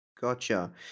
Gotcha